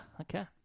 okay